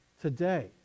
today